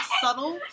subtle